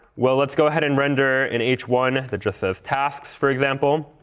well, let's go ahead and render an h one that just says tasks, for example,